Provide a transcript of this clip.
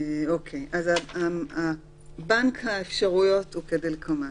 גם לגבי ההגבלות עצמן,